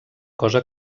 cosa